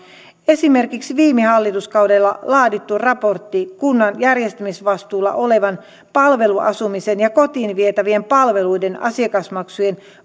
esimerkiksi viime hallituskaudella laadittu raportti kunnan järjestämisvastuulla olevan palveluasumisen ja kotiin vietävien palveluiden asiakasmaksujen